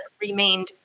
remained